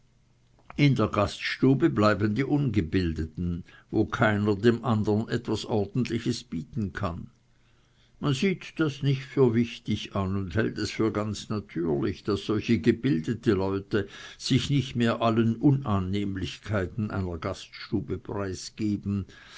in der gaststube bleiben die ungebildeten wo keiner dem andern etwas ordentliches bieten kann man sieht das nicht für wichtig an und hält es für ganz natürlich daß solche gebildete leute sich nicht mehr allen unannehmlichkeiten einer gaststube preisgeben